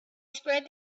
spread